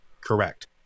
Correct